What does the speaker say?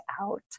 out